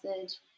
message